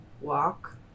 walk